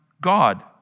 God